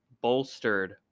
bolstered